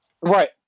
Right